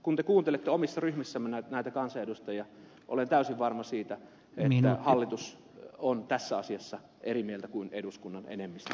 kun te kuuntelette omissa ryhmissänne näitä kansanedustajia olen täysin varma siitä että hallitus on tässä asiassa eri mieltä kuin eduskunnan enemmistö